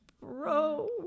bro